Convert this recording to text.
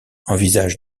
envisage